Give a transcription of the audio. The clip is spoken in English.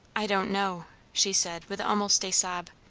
i don't know, she said with almost a sob.